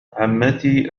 عمتي